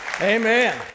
Amen